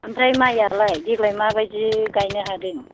आमफ्राय माइयालाय देग्लाय माबादि गायनो हादों